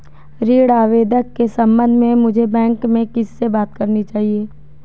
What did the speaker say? ऋण आवेदन के संबंध में मुझे बैंक में किससे बात करनी चाहिए?